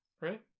right